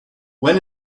when